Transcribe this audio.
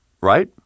Right